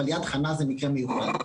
אבל יד חנה זה מקרה מיוחד.